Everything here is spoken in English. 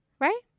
Right